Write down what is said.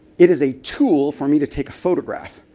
it is a tool for me to take a photograph,